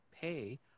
pay